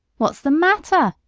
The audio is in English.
what's the matter?